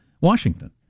Washington